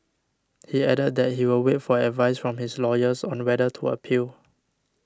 he added that he will wait for advice from his lawyers on the whether to appeal